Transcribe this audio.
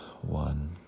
one